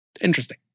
Interesting